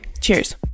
Cheers